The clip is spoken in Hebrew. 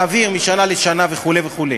להעביר משנה לשנה וכו' וכו'.